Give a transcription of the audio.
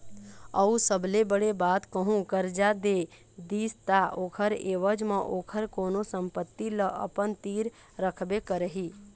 अऊ सबले बड़े बात कहूँ करजा दे दिस ता ओखर ऐवज म ओखर कोनो संपत्ति ल अपन तीर रखबे करही